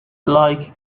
like